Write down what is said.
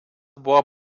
buvo